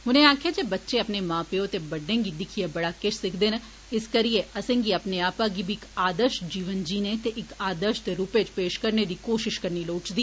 उनें आक्खेआ जे बच्चे अपने मां पेयो ते बड्डै गी दिक्खियै मता किश सिखदे न इस करियै असें गी अपने आपै गी बी इक आदर्श जीवन जीने ते इक आदर्श दे रूपै च पेश करने दी कोश्त करनी लोड़चदी